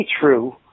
true